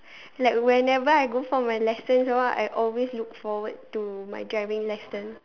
like whenever I go for my lessons or what I always look forward to my driving lesson